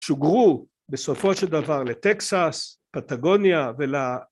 שוגרו בסופו של דבר לטקסס פטגוניה ול...